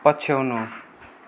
पछ्याउनु